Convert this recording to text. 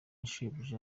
shebuja